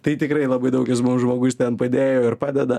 tai tikrai labai daug jis mum žmogus ten padėjo ir padeda